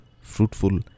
fruitful